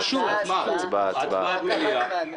הצבעת מליאה.